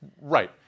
Right